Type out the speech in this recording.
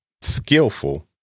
skillful